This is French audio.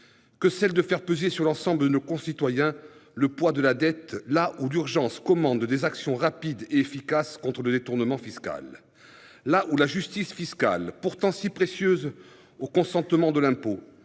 qui consiste à faire peser sur l'ensemble de nos concitoyens le poids de la dette, alors que l'urgence commande des actions rapides et efficaces contre le détournement fiscal et que la justice fiscale, si précieuse pour le consentement à l'impôt,